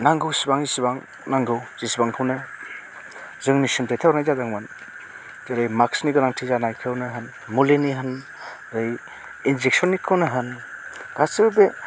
नांगौ सिबां जिसिबां नांगौ जिसिबांखौनो जोंनिसिम दैथाइहरनाय जादोंमोन जेरै माक्सनि गोनांथि जानायखौनो होन मुलिनि होन ओरै इन्जेकशननिखौनो होन गासैबो बे